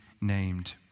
named